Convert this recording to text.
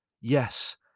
Yes